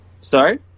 Sorry